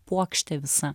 puokštė visa